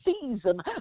season